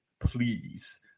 please